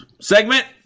segment